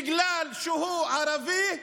בגלל שהוא ערבי,